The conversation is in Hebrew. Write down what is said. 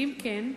ואם כן,